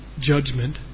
Judgment